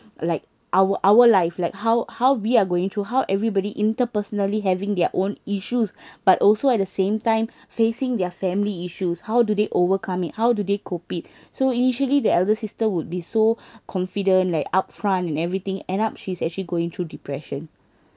like our our life like how how we are going through how everybody interpersonally having their own issues but also at the same time facing their family issues how do they overcome it how do they cope it so initially the elder sister would be so confident like upfront and everything end up she's actually going through depression